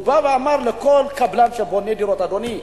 הוא בא ואמר לכל קבלן שבונה דירות: אדוני,